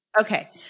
Okay